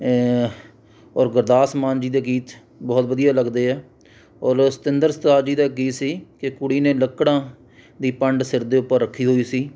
ਔਰ ਗੁਰਦਾਸ ਮਾਨ ਜੀ ਦੇ ਗੀਤ ਬਹੁਤ ਵਧੀਆ ਲੱਗਦੇ ਹੈ ਔਰ ਸਤਿੰਦਰ ਸਰਤਾਜ ਜੀ ਦਾ ਗੀਤ ਸੀ ਕਿ ਕੁੜੀ ਨੇ ਲੱਕੜਾਂ ਦੀ ਪੰਡ ਸਿਰ ਦੇ ਉੱਪਰ ਰੱਖੀ ਹੋਈ ਸੀ